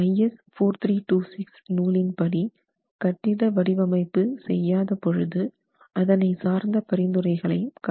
IS 4326 நூலின் படி கட்டிட வடிவமைப்பு செய்யாத பொழுது அதனை சார்ந்த பரிந்துரைகளையும் கண்டோம்